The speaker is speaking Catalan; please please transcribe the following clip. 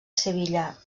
sevilla